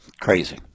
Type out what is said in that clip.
Crazy